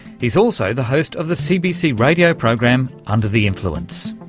he's also the host of the cbc radio program under the influence.